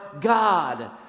God